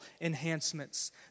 enhancements